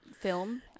Film